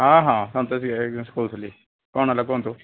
ହଁ ହଁ ସନ୍ତୋଷୀ କହୁଥିଲି କ'ଣ ହେଲା କୁହନ୍ତୁ